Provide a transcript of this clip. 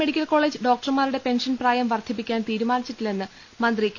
medical college ഡോക്ടർമാരുടെ pension പ്രായം വർധിപ്പിക്കാൻ തീരുമാനിച്ചിട്ടില്ലെന്ന് മന്ത്രി കെ